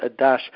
Adash